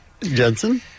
Jensen